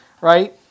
right